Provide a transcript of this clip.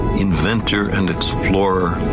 inventor and explorer,